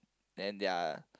then their